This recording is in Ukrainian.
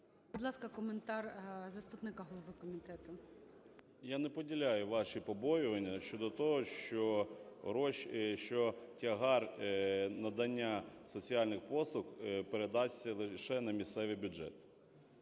Будь ласка, коментар заступника голови комітету. 13:57:01 БУРБАК М.Ю. Я не поділяю ваші побоювання щодо того, що тягар надання соціальних послуг передасться лише на місцеві бюджети.